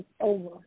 over